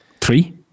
Three